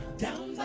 doubt